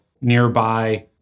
nearby